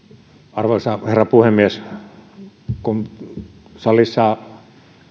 arvoisa herra puhemies kun salissa